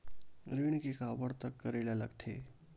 ऋण के काबर तक करेला लगथे?